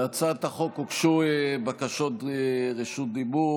להצעת החוק הוגשו בקשות רשות דיבור.